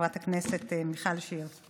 חברת הכנסת מיכל שיר: